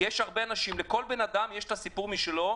כי יש הרבה אנשים ולכל בן אדם סיפור משלו.